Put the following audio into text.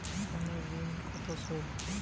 কোন ঋণে কত সুদ?